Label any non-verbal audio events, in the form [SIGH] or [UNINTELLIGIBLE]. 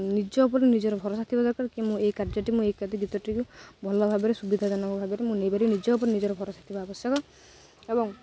ନିଜ ଉପରେ ନିଜର ଭରସା ଥିବା ଦରକାର କି ମୁଁ ଏଇ କାର୍ଯ୍ୟଟି ମୁଁ ଏ [UNINTELLIGIBLE] ଗୀତଟିକୁ ଭଲ ଭାବରେ ସୁବିଧାଜନକ ଭାବରେ ମୁଁ ନେଇପାରିବି ନିଜ ଉପରେ ନିଜର ଭରସା ଥିବା ଆବଶ୍ୟକ ଏବଂ